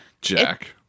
Jack